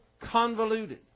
convoluted